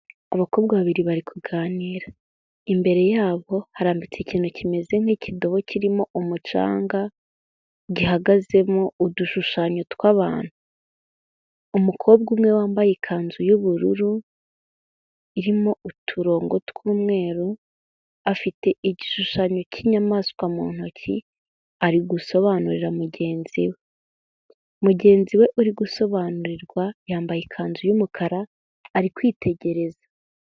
Abakobwa babiri bari kuganira. Imbere yabo harambitse ikintu kimeze nk'ikidobo kirimo umucanga gihagazemo udushushanyo tw'abantu. Umukobwa umwe wambaye ikanzu y'ubururu irimo uturongo tw'umweru, afite igishushanyo cy'inyamaswa mu ntoki ari gusobanurira mugenzi we. Mugenzi we uri gusobanurirwa yambaye ikanzu y'umukara ari kwitegereza.